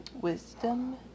wisdom